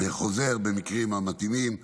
חוזר במקרים המתאימים.